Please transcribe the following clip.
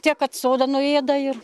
tiek kad sodą nuėda ir